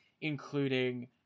including